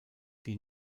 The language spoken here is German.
die